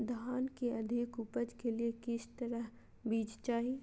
धान की अधिक उपज के लिए किस तरह बीज चाहिए?